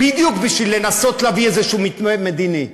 בדיוק בשביל לנסות להביא איזה מתווה מדיני.